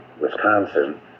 Wisconsin